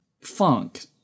funk